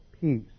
peace